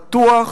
פתוח,